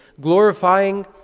glorifying